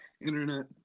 internet